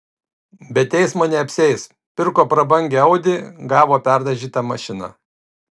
be teismo neapsieis pirko prabangią audi gavo perdažytą mašiną